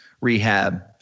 rehab